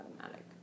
automatic